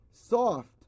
soft